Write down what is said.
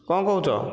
କ'ଣ କହୁଛ